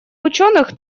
ученых